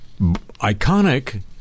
iconic